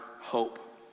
hope